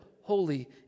holy